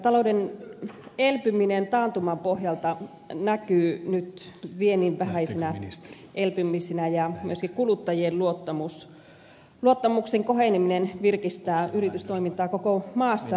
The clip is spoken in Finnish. talouden elpyminen taantuman pohjalta näkyy nyt viennin vähäisenä elpymisenä ja myöskin kuluttajien luottamuksen koheneminen virkistää yritystoimintaa koko maassa